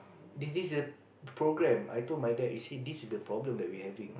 this this the program I told my dad you see this is the problem that we having